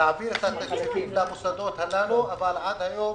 להעביר את התקציבים למוסדות הללו אבל עד היום,